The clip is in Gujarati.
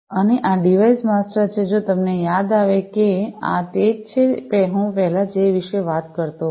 અને આ આ ડિવાઇસ માસ્ટર છે જો તમને યાદ આવે કે આ તે જ છે હું પહેલા જે વિશે વાત કરતો હતો